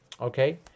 okay